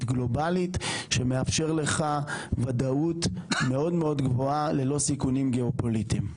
גלובלית שמאפשר לך ודאות מאוד גבוהה ללא סיכונים גיאופוליטיים.